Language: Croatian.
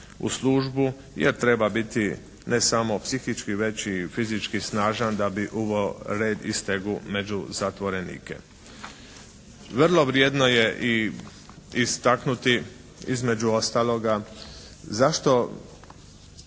u službu jer treba biti ne samo psihički već i fizički snažan da bi uveo red i stegu među zatvorenike. Vrlo vrijedno je i istaknuti između ostaloga, zašto